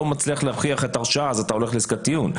מצליח להוכיח את ההרשעה אז אתה הולך לעסקת טיעון.